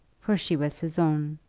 for she was his own.